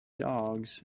dogs